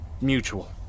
Mutual